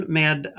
med